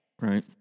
Right